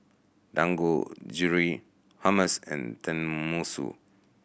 Dangojiru Hummus and Tenmusu